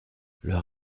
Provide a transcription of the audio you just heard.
leur